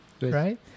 right